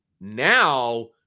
now